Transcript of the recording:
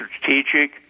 strategic